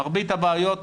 מרבית הבעיות,